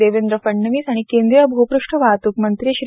देवेंद्र फडणवीस आणि केंद्रीय भूपृष्ठ वाहतूक मंत्री श्री